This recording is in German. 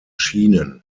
schienen